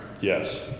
Yes